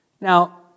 Now